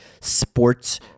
sports